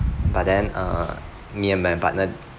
but then uh me and my partner